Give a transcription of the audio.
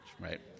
Right